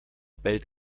bellt